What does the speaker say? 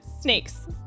snakes